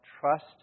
trust